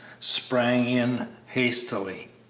sprang in hastily.